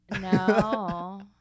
No